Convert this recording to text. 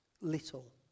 little